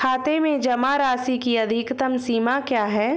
खाते में जमा राशि की अधिकतम सीमा क्या है?